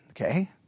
Okay